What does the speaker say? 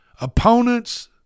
opponents